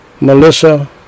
Melissa